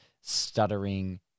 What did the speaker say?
stuttering